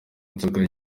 inzoga